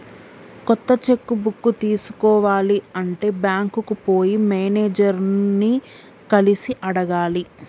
కొత్త cheque book తీసుకోవాలి అంటే బ్యాంకుకు పోయి మేనేజర్ ని కలిసి అడగాలి